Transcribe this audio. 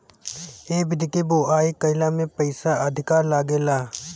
ए विधि के बोआई कईला में पईसा अधिका लागेला